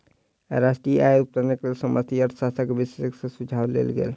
राष्ट्रीय आय आ उत्पादनक लेल समष्टि अर्थशास्त्र के विशेषज्ञ सॅ सुझाव लेल गेल